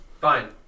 fine